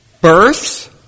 birth